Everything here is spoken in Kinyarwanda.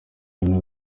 ibintu